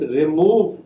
remove